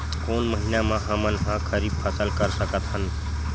कोन महिना म हमन ह खरीफ फसल कर सकत हन?